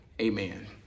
amen